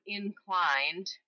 inclined